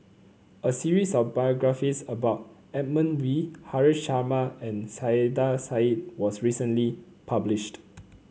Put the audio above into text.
a series of biographies about Edmund Wee Haresh Sharma and Saiedah Said was recently published